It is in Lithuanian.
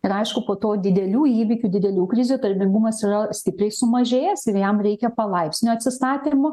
ir aišku po to didelių įvykių didelių krizių darbingumas yra stipriai sumažėjęs ir jam reikia palaipsnio atsistatymo